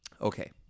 Okay